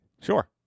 Sure